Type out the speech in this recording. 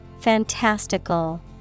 Fantastical